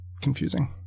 confusing